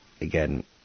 again